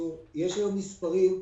יש מספרים,